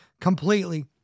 completely